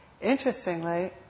interestingly